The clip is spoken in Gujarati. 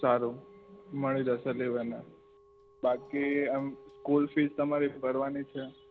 સારું મળી જશે લીવ એને બાકી એમ સ્કૂલ ફિસ તમારી ભરવાની છે